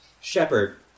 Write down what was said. Shepard